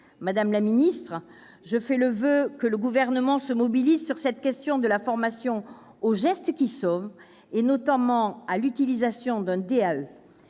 madame la secrétaire d'État, je fais le voeu que le Gouvernement se mobilise sur cette question de la formation aux gestes qui sauvent et, notamment, à l'utilisation d'un DAE.